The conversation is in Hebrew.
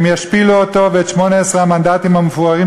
הם ישפילו אותו ואת 18 המנדטים המפוארים